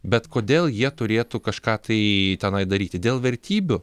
bet kodėl jie turėtų kažką tai tenai daryti dėl vertybių